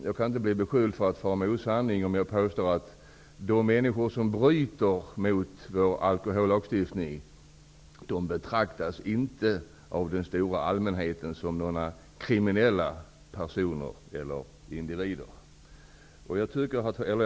Jag kan inte bli beskylld för att fara med osanning om jag påstår att de människor som bryter mot vår alkohollagstiftning inte betraktas som några kriminella personer av den stora allmänheten.